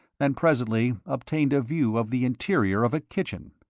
and presently obtained a view of the interior of a kitchen.